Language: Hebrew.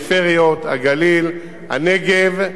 הפריפריות, הגליל, הנגב,